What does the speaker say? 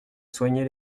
soigner